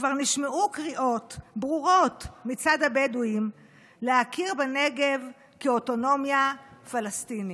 שכבר נשמעו קריאות ברורות מצד הבדואים להכיר בנגב כאוטונומיה פלסטינית.